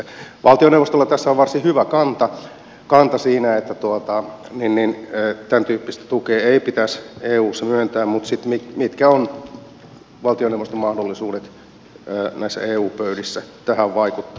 valtioneuvostolla tässä on varsin hyvä kanta että tämäntyyppistä tukea ei pitäisi eussa myöntää mutta mitkä sitten ovat valtioneuvoston mahdollisuudet näissä eu pöydissä tähän vaikuttaa